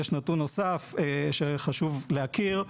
יש נתון נוסף שחשוב להכיר: